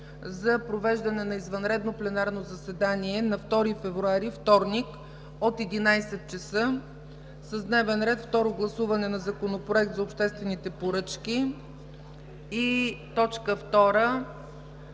за провеждане на извънредно пленарно заседание на 2 февруари 2016 г., вторник, от 11,00 часа с дневен ред: 1. Второ гласуване на Законопроекта за обществените поръчки. 2. Второ